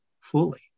fully